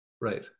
right